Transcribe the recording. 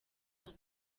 hano